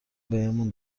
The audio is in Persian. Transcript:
بهمون